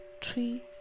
three